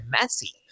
messy